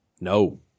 No